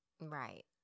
Right